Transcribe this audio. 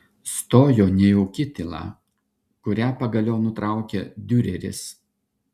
stojo nejauki tyla kurią pagaliau nutraukė diureris